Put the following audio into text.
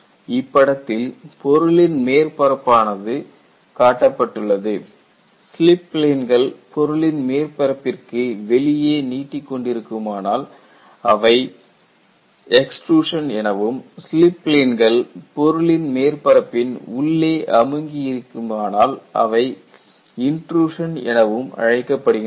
இப்படத்தில் பொருளின் மேற்பரப்பானது காட்டப்பட்டுள்ளது ஸ்லிப் பிளேன்கள் பொருளின் மேற்பரப்பிற்கு வெளியே நீட்டிக்கொண்டிருக்குமானால் அவை எக்ஸ்ட்ருஷன் எனவும் ஸ்லிப் பிளேன்கள் பொருளின் மேற்பரப்பின் உள்ளே அமுங்கி இருக்குமானால் அவை இன்ட்ரூஷன் எனவும் அழைக்கப்படுகின்றன